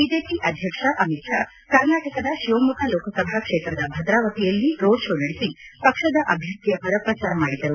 BJP ಅಧ್ಯಕ್ಷ ಅಮಿತ್ ಷಾ ಕರ್ನಾಟಕದ ಶಿವಮೊಗ್ಗ ಲೋಕಸಭಾ ಕ್ಷೇತ್ರದ ಭದ್ರಾವತಿಯಲ್ಲಿ ರೋಡ್ಶೋ ನಡೆಸಿ ಪಕ್ಷದ ಅಭ್ಯರ್ಥಿಯ ಪರ ಪ್ರಚಾರ ಮಾಡಿದರು